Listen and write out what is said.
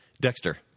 Dexter